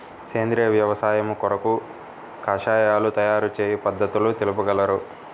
సేంద్రియ వ్యవసాయము కొరకు కషాయాల తయారు చేయు పద్ధతులు తెలుపగలరు?